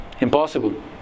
Impossible